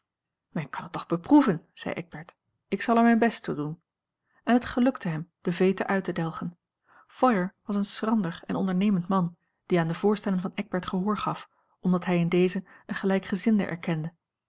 men kan het toch beproeven zei eckbert ik zal er mijn best toe doen en het gelukte hem de veete uit te delgen feuer was een schrander en ondernemend man die aan de voorstellen van eckbert gehoor gaf omdat hij in dezen een gelijkgezinde erkende